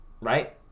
right